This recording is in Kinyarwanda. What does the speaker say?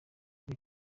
kuri